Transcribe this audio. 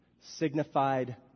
signified